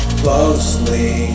closely